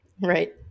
Right